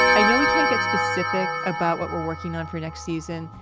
i know we can't get specific about what we're working on for next season,